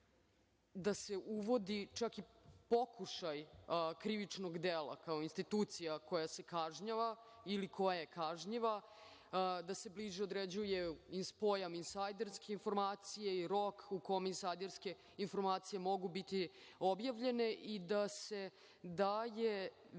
da se uvodi čak i pokušaj krivičnog dela kao institucija koja se kažnjava, ili koja je kažnjiva, da se bliže određuje i pojam insajderske informacije i rok u kom insajderske informacije mogu biti objavljene i da se daje veća,